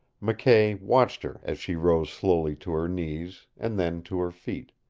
mckay watched her as she rose slowly to her knees, and then to her feet.